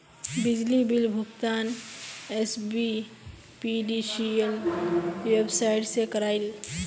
बिजली बिल भुगतान SBPDCL website से क्रॉइल